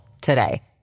today